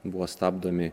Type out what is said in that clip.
buvo stabdomi